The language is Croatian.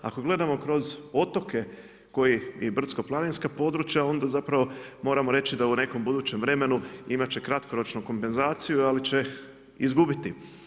Ako gledamo kroz otoke koji i brdsko planinska područja onda zapravo moramo reći da u nekom budućem vremenu imati će kratkoročnu kompenzaciju ali će izgubiti.